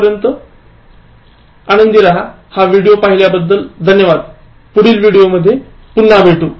तोपर्यंत हा व्हिडिओ पाहल्याबद्दल धन्यवाद पुढील व्हिडिओमध्ये पुन्हा भेटू